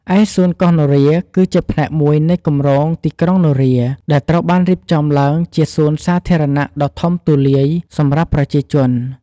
ឯសួនកោះនរា គឺជាផ្នែកមួយនៃគម្រោងទីក្រុងនរា ដែលត្រូវបានរៀបចំឡើងជា សួនសាធារណៈដ៏ធំទូលាយសម្រាប់ប្រជាជន។